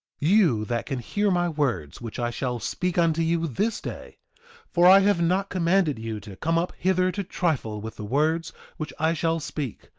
you that can hear my words which i shall speak unto you this day for i have not commanded you to come up hither to trifle with the words which i shall speak,